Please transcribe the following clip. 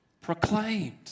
proclaimed